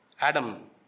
Adam